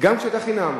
גם כשהיתה חינם.